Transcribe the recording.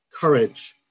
courage